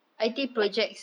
like